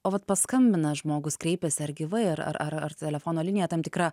o vat paskambina žmogus kreipiasi ar gyvai ar ar ar telefono linija tam tikra